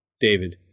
David